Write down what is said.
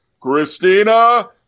Christina